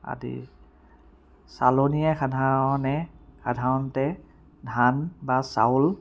আদি চালনীয়ে সাধাৰণে সাধাৰণতে ধান বা চাউল